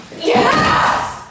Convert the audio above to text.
Yes